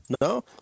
No